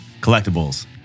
collectibles